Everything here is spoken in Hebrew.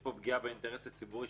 יש פה פגיעה באינטרס הציבורי,